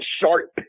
sharp